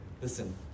listen